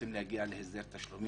רוצים להגיע להסדר תשלומים,